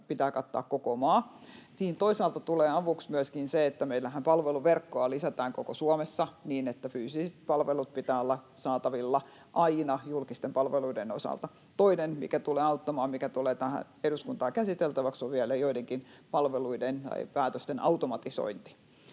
pitää kattaa koko maa. Siihen toisaalta tulee avuksi myöskin se, että meillähän palveluverkkoa lisätään koko Suomessa niin, että fyysisten palvelujen pitää olla saatavilla aina julkisten palveluiden osalta. Toinen, mikä tulee auttamaan, mikä tulee eduskuntaan käsiteltäväksi, on vielä joidenkin palveluiden tai päätösten automatisointi.